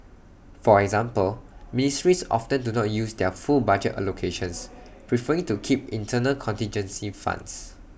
for example ministries often do not use their full budget allocations preferring to keep internal contingency funds